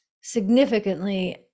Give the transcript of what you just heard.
significantly